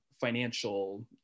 financial